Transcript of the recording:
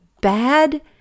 bad